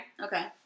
Okay